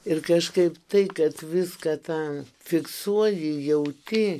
ir kažkaip tai kad viską tą fiksuoji jauti